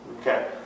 Okay